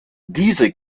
diese